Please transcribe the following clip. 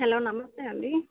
hello నమస్తే అండి